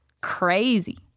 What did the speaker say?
crazy